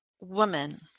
woman